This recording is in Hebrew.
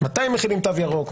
מתי מחילים תו ירוק,